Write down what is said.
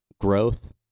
growth